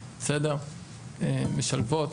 משלבות,